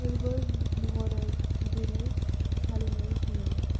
फोरबो महरै गिदिरै फालिनाय जायो